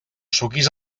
suquis